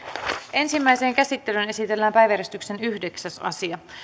ensimmäiseen käsittelyyn esitellään päiväjärjestyksen yhdeksäs asia